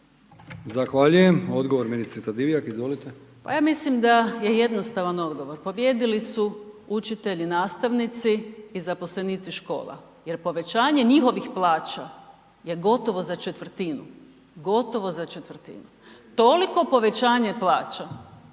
Zahvaljujem. Odgovor, ministrica Divjak, izvolite. **Divjak, Blaženka** Pa ja mislim da je jednostavan odgovor, pobijedili su učitelji, nastavnici i zaposlenici škola jer povećanje njihovih plaća je gotovo za 1/4, gotovo za 1/4. Toliko povećanje plaća